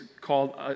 called